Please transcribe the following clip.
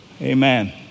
Amen